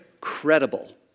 credible